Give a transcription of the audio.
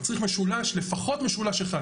מצריך לפחות משולש אחד